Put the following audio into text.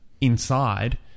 inside